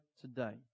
today